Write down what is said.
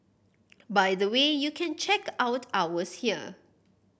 by the way you can check out ours here